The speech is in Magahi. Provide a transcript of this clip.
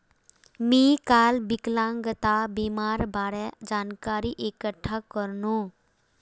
मी काल विकलांगता बीमार बारे जानकारी इकठ्ठा करनु